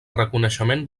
reconeixement